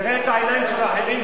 תראה את העיניים של אחרים,